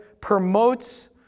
promotes